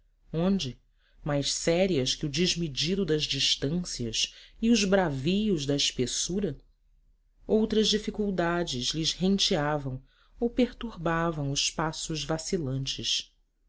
onde mais sérias que o desmedido das distâncias e os bravios da espessura outras dificuldades lhes renteavam ou perturbavam os passos vacilantes